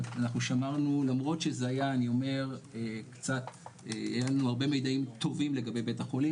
ואנחנו שמרנו למרות שהיו לנו הרבה מיידעים לגבי בית החולים